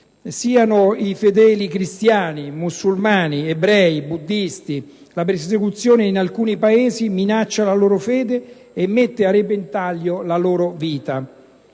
Siano i fedeli cristiani, musulmani, ebrei o buddisti, la persecuzione in alcuni Paesi minaccia la loro fede e mette a repentaglio la loro vita.